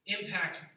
impact